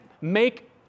make